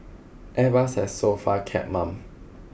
airbus has so far kept mum